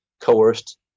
coerced